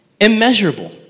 immeasurable